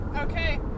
Okay